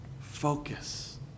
Focus